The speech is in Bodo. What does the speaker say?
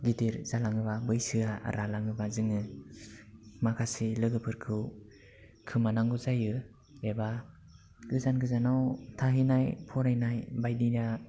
गिदिर जालाङोब्ला बैसोआ रालाङोब्ला जोङो माखासे लोगोफोरखौ खोमानांगौ जायो एबा गोजान गोजानाव थाहैनाय फरायनाय बायदिया